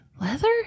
Leather